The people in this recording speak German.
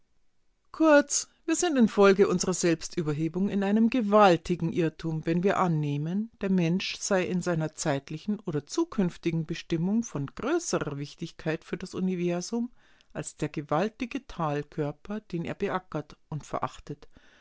kurz wir sind infolge unsrer selbstüberhebung in einem gewaltigen irrtum wenn wir annehmen der mensch sei in seiner zeitlichen oder zukünftigen bestimmung von größerer wichtigkeit für das universum als der gewaltige talkörper den er beackert und verachtet